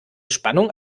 spannung